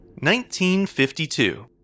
1952